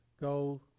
go